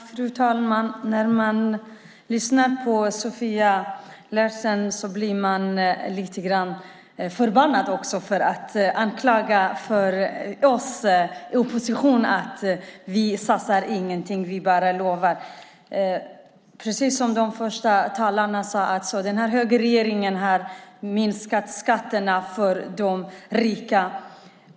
Fru talman! När man lyssnar på Sofia Larsen blir man lite förbannad eftersom hon anklagar oss i oppositionen för att inte satsa någonting utan bara lova. Precis som de första talarna sade har denna högerregering minskat skatterna för de rika.